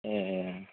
ए